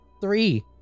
three